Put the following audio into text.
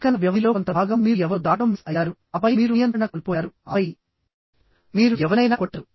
సెకన్ల వ్యవధిలో కొంత భాగం మీరు ఎవరో దాటడం మిస్ అయ్యారుఆపై మీరు నియంత్రణ కోల్పోయారుఆపై మీరు ఎవరినైనా కొట్టారు